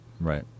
Right